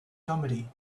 comedy